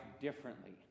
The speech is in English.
differently